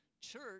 church